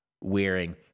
wearing